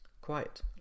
Quiet